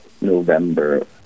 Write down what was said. November